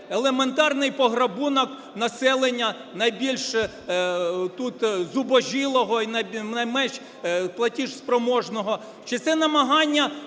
елементарний пограбунок населення найбільш тут зубожілого і найменш платіжоспроможного чи це намагання